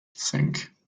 cinq